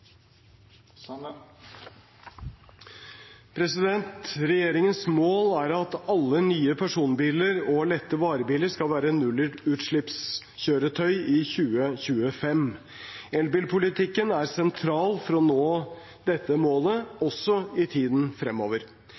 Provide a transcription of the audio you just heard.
at alle nye personbiler og lette varebiler skal være nullutslippskjøretøy i 2025. Elbilpolitikken er sentral for å nå dette målet, også i tiden fremover.